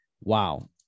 wow